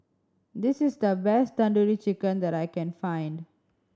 this is the best Tandoori Chicken that I can find